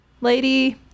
lady